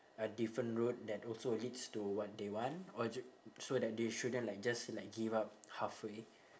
a different route that also leads to what they want or ju~ so that they shouldn't like just like give up halfway